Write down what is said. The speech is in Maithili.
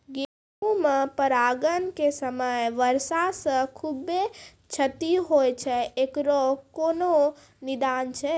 गेहूँ मे परागण के समय वर्षा से खुबे क्षति होय छैय इकरो कोनो निदान छै?